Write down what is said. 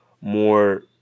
more